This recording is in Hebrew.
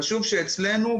חשוב שאצלנו,